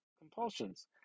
compulsions